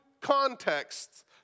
contexts